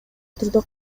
турдө